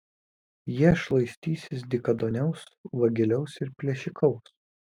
jie šlaistysis dykaduoniaus vagiliaus ir plėšikaus